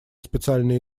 специальные